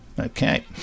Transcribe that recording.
Okay